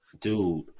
dude